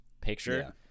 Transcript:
picture